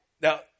Now